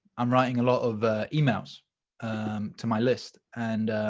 i'm writing a lot of ah emails um to my list. and